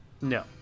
No